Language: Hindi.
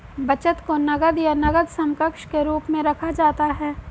बचत को नकद या नकद समकक्ष के रूप में रखा जाता है